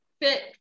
fit